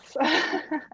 yes